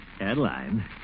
Adeline